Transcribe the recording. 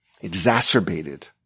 exacerbated